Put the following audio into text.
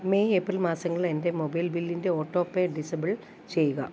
May April മാസങ്ങളിലെ എൻ്റെ mobile ബില്ലിൻ്റെ ഓട്ടോ പേ ഡിസബിൾ ചെയ്യുക